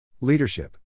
Leadership